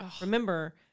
Remember